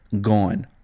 gone